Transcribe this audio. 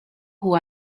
who